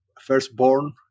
firstborn